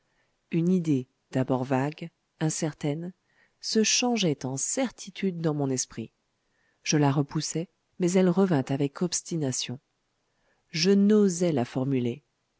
une idée d'abord vague incertaine se changeait en certitude dans mon esprit je la repoussai mais elle revint avec obstination je n'osais la formuler